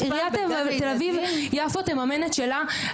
עיריית תל אביב יפו תממן את שלה,